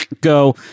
go